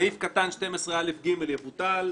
סעיף קטן 12א(1)(ג) יבוטל;